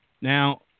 Now